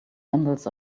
handles